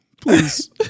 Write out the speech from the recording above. please